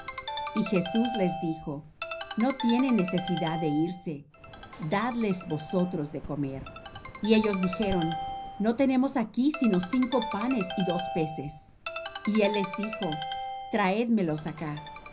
y jesús les dijo no tienen necesidad de irse dadles vosotros de comer y ellos dijeron no tenemos aquí sino cinco panes y dos peces y él les dijo traédmelos acá